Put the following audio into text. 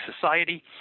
society